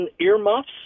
earmuffs